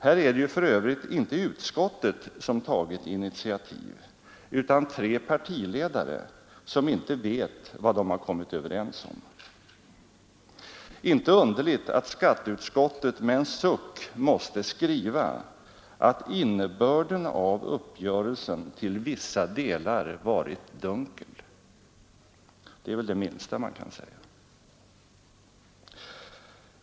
Här är det för övrigt inte utskottet som tagit initiativ, utan tre partiledare, som inte vet vad de har kommit överens om. Inte underligt att skatteutskottet med en suck måste skriva att ”innebörden av uppgörelsen till vissa delar varit dunkel”. Det är väl det minsta man kan säga.